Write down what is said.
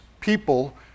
people